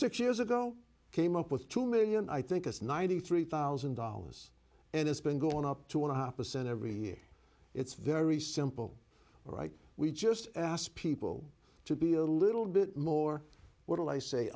six years ago came up with two million i think it's ninety three thousand dollars and it's been going up to one percent every year it's very simple or right we just asked people to be a little bit more what do i say